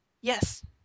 Yes